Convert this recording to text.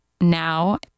now